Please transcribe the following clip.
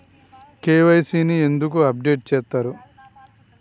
KYC ని ఎందుకు update చేత్తరు?